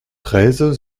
treize